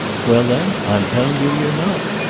well, then, i'm telling you you're not.